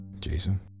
jason